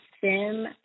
Sim